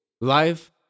Life